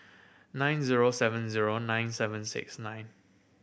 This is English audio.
nine zero seven zero nine seven six nine